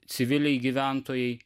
civiliai gyventojai